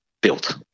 built